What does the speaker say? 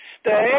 stay